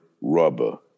rubber